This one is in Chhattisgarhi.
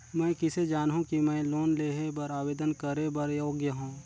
मैं किसे जानहूं कि मैं लोन लेहे बर आवेदन करे बर योग्य हंव?